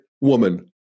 woman